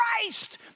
Christ